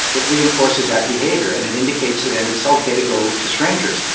it reinforces that behaviour and it indicates to them it's okay to go to strangers,